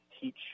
teach